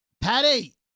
Patty